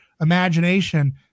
imagination